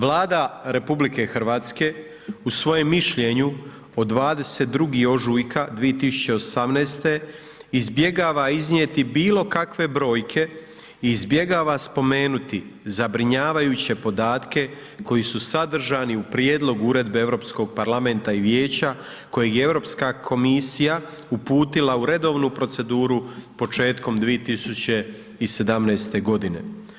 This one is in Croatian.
Vlada RH u svojem mišljenju od 22. ožujka 2018. izbjegava iznijeti bilo kakve brojke, izbjegava spomenuti zabrinjavajuće podatke koji su sadržani u prijedlogu Uredbe Europskog parlamenta i vijeća kojeg je Europska komisija uputila u redovnu proceduru početkom 2017. godine.